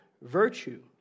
Virtue